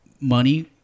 money